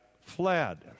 fled